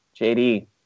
JD